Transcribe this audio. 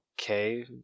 okay